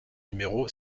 numéro